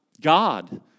God